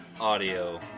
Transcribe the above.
Audio